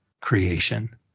creation